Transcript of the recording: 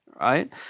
right